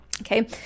Okay